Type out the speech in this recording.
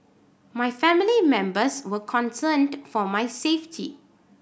my family members were concerned for my safety